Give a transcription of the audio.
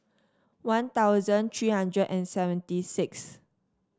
One Thousand three hundred and seventy six